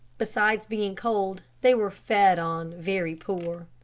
besides being cold they were fed on very poor